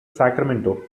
sacramento